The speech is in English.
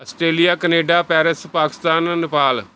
Australia Canada Paris Pakistan Nepal